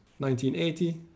1980